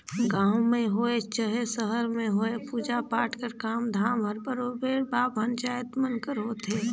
गाँव में होए चहे सहर में होए पूजा पाठ कर काम धाम हर बरोबेर बाभन जाएत मन कर होथे